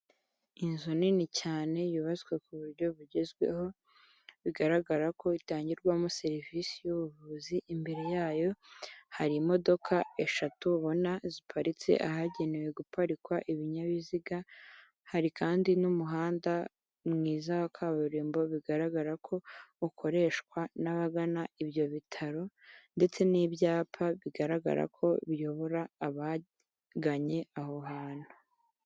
Inzu nini cyane yubatswe ku buryo bugezweho bigaragara ko itangirwamo serivisi y'ubuvuzi, imbere yayo hari imodoka eshatu ubona ziparitse ahagenewe guparikwa ibinyabiziga hari kandi n'umuhanda mwiza wa kaburimbo bigaragara ko ukoreshwa n'abagana ibyo bitaro ndetse n'ibyapa bigaragara ko biyobora abaganye aho hantu.